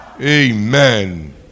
Amen